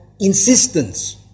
insistence